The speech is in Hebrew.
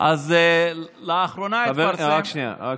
רק שנייה.